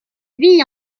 lui